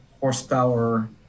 horsepower